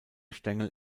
stängel